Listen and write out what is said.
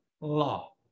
law